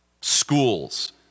Schools